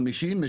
חמישים,